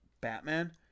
Batman